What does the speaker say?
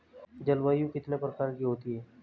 जलवायु कितने प्रकार की होती हैं?